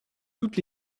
toutes